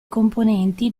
componenti